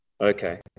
Okay